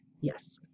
Yes